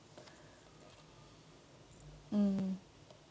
mm